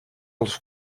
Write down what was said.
als